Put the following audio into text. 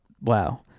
Wow